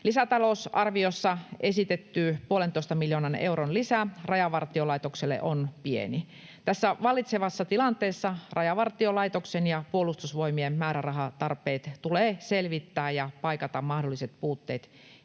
Lisätalousarviossa esitetty puolentoista miljoonan euron lisä Rajavartiolaitokselle on pieni. Tässä vallitsevassa tilanteessa Rajavartiolaitoksen ja Puolustusvoimien määrärahatarpeet tulee selvittää ja paikata mahdolliset puutteet